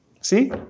See